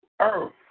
earth